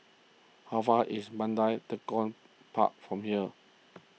how far is Mandai Tekong Park from here